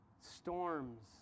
storms